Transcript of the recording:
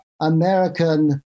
American